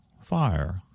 fire